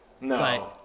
No